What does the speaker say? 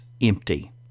empty